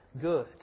good